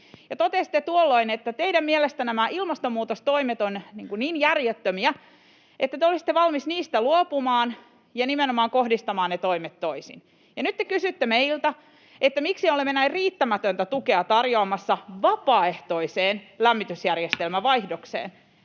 Totesitte tuolloin, että teidän mielestänne nämä ilmastonmuutostoimet ovat niin järjettömiä, että te olisitte valmis niistä luopumaan ja nimenomaan kohdistamaan ne toimet toisin. Ja nyt te kysytte meiltä, miksi olemme näin riittämätöntä tukea tarjoamassa vapaaehtoiseen lämmitysjärjestelmävaihdokseen.